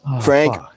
frank